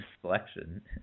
selection